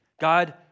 God